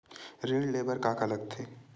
ऋण ले बर का का लगथे?